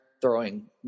throwing